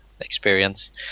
experience